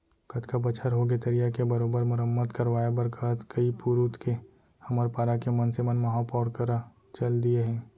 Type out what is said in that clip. कतका बछर होगे तरिया के बरोबर मरम्मत करवाय बर कहत कई पुरूत के हमर पारा के मनसे मन महापौर करा चल दिये हें